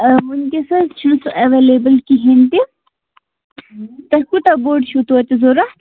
آ وُنکٮ۪س حَظ چھُ سُہ ایٚویلیبُل کِہیٖنٛۍ تہِ تۄہہِ کوٗتاہ بوٚڈ چھُو توتہِ تہِ ضروٗرت